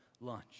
lunch